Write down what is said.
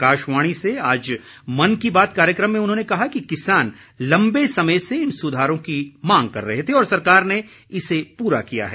आकाशवाणी से आज मन की बात कार्यक्रम में उन्होंने कहा कि किसान लम्बे समय से इन सुधारों की मांग कर रहे थे और सरकार ने इसे पूरा किया है